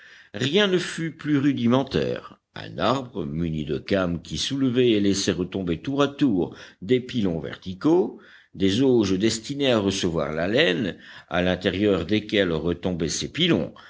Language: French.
rien ne fut plus rudimentaire un arbre muni de cames qui soulevaient et laissaient retomber tour à tour des pilons verticaux des auges destinées à recevoir la laine à l'intérieur desquelles retombaient ces pilons